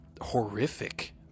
horrific